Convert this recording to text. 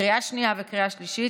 קריאה שנייה וקריאה שלישית.